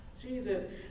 Jesus